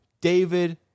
David